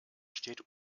steht